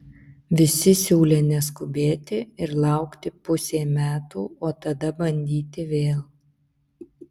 visi siūlė neskubėti ir laukti pusė metų o tada bandyti vėl